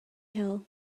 hill